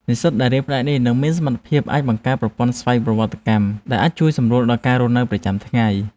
និស្សិតដែលរៀនផ្នែកនេះនឹងមានសមត្ថភាពអាចបង្កើតប្រព័ន្ធស្វ័យប្រវត្តិកម្មដែលជួយសម្រួលដល់ការរស់នៅប្រចាំថ្ងៃ។